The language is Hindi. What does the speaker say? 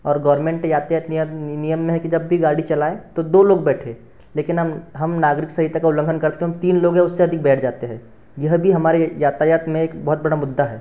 और गवरमेंट यातायात नियम नियम में है कि जब भी गाड़ी चलाएँ तो दो लोग बैठें लेकिन हम हम नागरिक संहिता का उलंघन करते हैं हम तीन लोग हैं उससे अधिक बैठ जाते हैं यह भी हमारे यातायात में एक बहुत बड़ा मुद्दा है